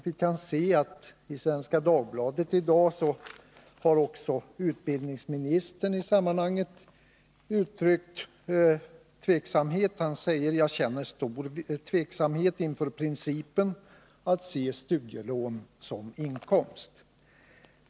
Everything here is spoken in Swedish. Vi kan också i Svenska Dagbladet i dag se att utbildningsministern uttryckt tveksamhet. Han säger att han känner stor tveksamhet inför principen att betrakta studielån som inkomst.